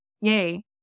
Yay